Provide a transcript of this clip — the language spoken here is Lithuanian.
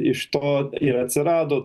iš to ir atsirado